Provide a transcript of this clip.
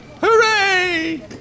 Hooray